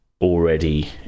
already